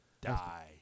Die